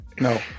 No